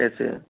کیسے